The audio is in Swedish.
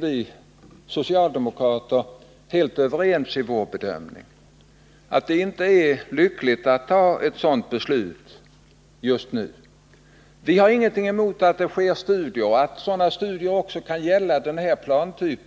Vi socialdemokrater är helt överens i vår bedömning att det inte är lyckligt att just nu fatta beslut om ett plan av detta slag. Vi har ingenting emot att det görs studier och att sådana studier också kan gälla denna plantyp.